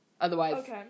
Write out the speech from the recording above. Otherwise